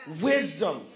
Wisdom